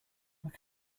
look